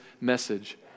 message